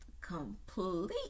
complete